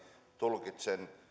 tulkitsen